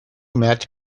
met